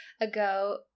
ago